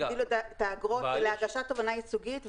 הגדילו את האגרות להגשת תובענה ייצוגית,